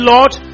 Lord